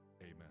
amen